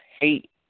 hate